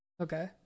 Okay